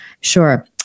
sure